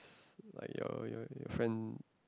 like your your your friend